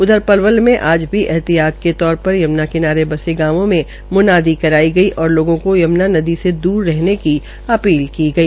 उधर पलवल में आज भी एहतियात के तौर पर यम्ना किनाने गांवों में मुनादी कराई गई और यम्ना नदी से दूर रहने की अपील की गई